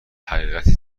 حقیقتی